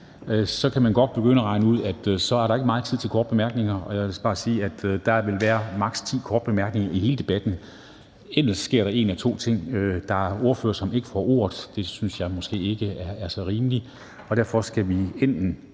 kan man godt regne ud, at der ikke er meget tid til korte bemærkninger, og jeg vil bare sige, at der vil være plads til maks. 10 korte bemærkninger i hele debatten. Ellers sker der ting: Der er ordførere, som ikke får ordet, og det synes jeg måske ikke er så rimeligt, og derfor skal vi sammen